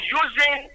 using